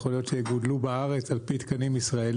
יכול להיות שהן גודלו בארץ על פי תקנים ישראלים,